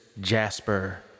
Jasper